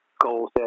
goals